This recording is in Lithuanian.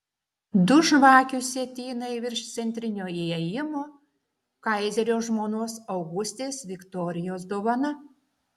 du žvakių sietynai virš centrinio įėjimo kaizerio žmonos augustės viktorijos dovana